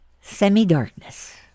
Semi-darkness